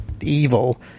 evil